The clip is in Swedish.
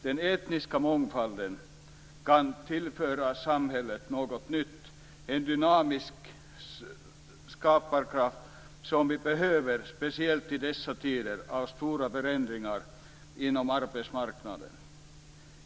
Den etniska mångfalden kan tillföra samhället något nytt - en dynamisk skaparkraft som vi behöver speciellt i dessa tider av stora förändringar inom arbetsmarknaden.